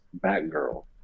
Batgirl